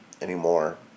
anymore